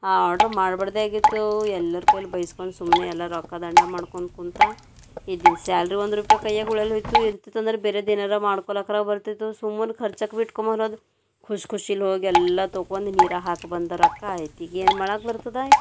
ಆ ಆರ್ಡ್ರ್ ಮಾಡಬಾರ್ದಾಗಿತ್ತು ಎಲ್ಲರು ಕೈಯಲ್ಲಿ ಬೈಸ್ಕೊಂದು ಸುಮ್ಮನೆ ಎಲ್ಲ ರೊಕ್ಕ ದಂಡ ಮಾಡ್ಕೊಂಡ್ ಕುಂತೆ ಇದ್ದಿಂದು ಸ್ಯಾಲ್ರಿ ಒಂದು ರೂಪಾಯಿ ಕೈಯಾಗೆ ಉಳಲ್ಲೋಯ್ತು ಇರ್ತಿತ್ತದ್ರೆ ಬೇರೆದೇನಾರ ಮಾಡ್ಕೊಲಾಕ್ರ ಬರ್ತಿತ್ತು ಸುಮ್ಮನೆ ಖರ್ಚಾಕ್ಬಿಟ್ಟು ಖುಷಿ ಖುಷಿಲಿ ಹೋಗಿ ಎಲ್ಲ ತೊಕೊಂಡ್ ನೀರಾಗೆ ಹಾಕಿ ಬಂದ ರೊಕ್ಕ ಐತಿ ಈಗ ಏನು ಮಾಡೋಕ್ ಬರ್ತದೆ